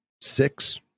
six